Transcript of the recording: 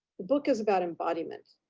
the book is about embodiment.